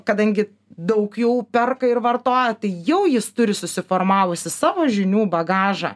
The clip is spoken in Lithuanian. kadangi daug jau perka ir vartoja tai jau jis turi susiformavusį savo žinių bagažą